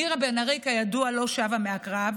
מירה בן ארי, כידוע, לא שבה מהקרב,